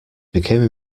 became